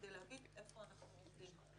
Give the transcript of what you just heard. כדי להגיד איפה אנחנו עומדים.